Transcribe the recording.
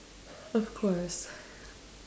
of course